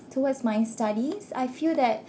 towards my studies I feel that